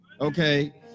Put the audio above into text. okay